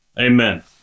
Amen